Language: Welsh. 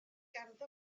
ganddo